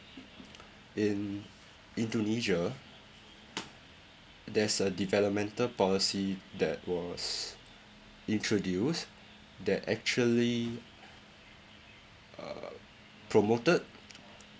in indonesia there's a developmental policy that was introduced that actually uh promoted